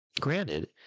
Granted